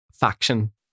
faction